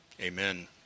Amen